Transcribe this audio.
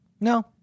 No